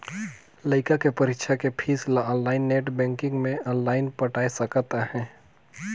लइका के परीक्षा के पीस ल आनलाइन नेट बेंकिग मे आनलाइन पटाय सकत अहें